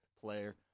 player